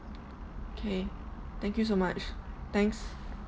okay thank you so much thanks